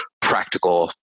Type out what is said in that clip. practical